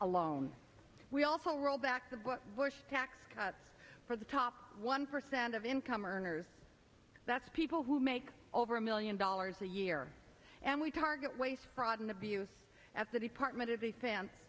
alone we also roll back the but bush tax cuts for the top one percent of income earners that's people who make over a million dollars a year and we target waste fraud and abuse at the department of